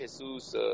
Jesus